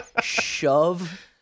shove